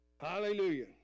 Hallelujah